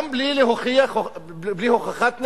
גם בלי הוכחת נזק.